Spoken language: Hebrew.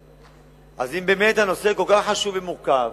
אז אם באמת הנושא כל כך חשוב ומורכב,